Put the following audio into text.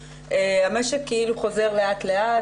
המשק כאילו חוזר לאט לאט,